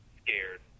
scared